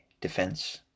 defense